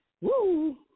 Woo